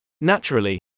Naturally